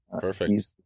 Perfect